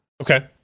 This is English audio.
Okay